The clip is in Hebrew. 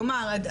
כלומר,